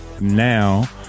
now